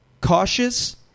cautious